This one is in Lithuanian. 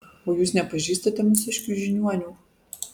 o jūs nepažįstate mūsiškių žiniuonių